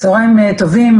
צהריים טובים.